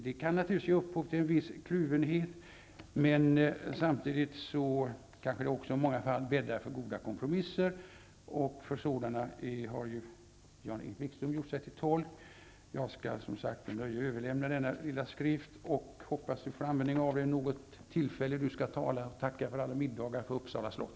Det kan naturligtvis ge upphov till en viss kluvenhet, men samtidigt kanske det också i många fall bäddar för goda kompromisser. För sådana har ju Jan-Erik Wikström gjort sig till tolk. Jag skall som sagt med nöje överlämna denna lilla skrift. Jag hoppas att Jan-Erik Wikström får användning för den vid något tillfälle då han skall tala och tacka för alla middagar på Uppsala slott.